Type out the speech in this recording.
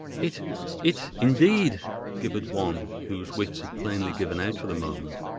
it it indeed gibbered one, whose wits had plainly given out for the moment.